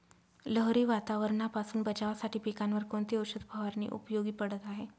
लहरी वातावरणापासून बचावासाठी पिकांवर कोणती औषध फवारणी उपयोगी पडत आहे?